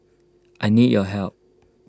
I need your help